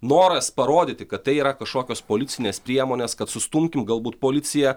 noras parodyti kad tai yra kažkokios policinės priemonės kad sustumkim galbūt policiją